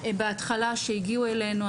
בהתחלה שהגיעו אלינו,